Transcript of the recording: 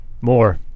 More